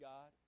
God